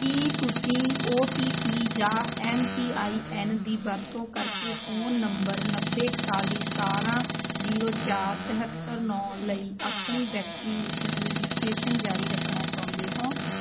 ਕੀ ਤੁਸੀਂ O T P ਜਾਂ M P I N ਦੀ ਵਰਤੋਂ ਕਰਕੇ ਫ਼ੋਨ ਨੰਬਰ ਨੱਬੇ ਇਕਤਾਲੀ ਸਤਾਰਾਂ ਜ਼ੀਰੋ ਚਾਰ ਤਿਹੱਤਰ ਨੌ ਲਈ ਆਪਣੀ ਵੈਕਸੀਏਸ਼ਨ ਰਜਿਸਟ੍ਰੇਸ਼ਨ ਜਾਰੀ ਰੱਖਣਾ ਚਾਹੁੰਦੇ ਹੋ